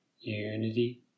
unity